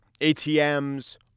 ATMs